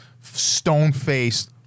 stone-faced